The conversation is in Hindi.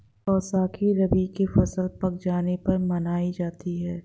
बैसाखी रबी की फ़सल पक जाने पर मनायी जाती है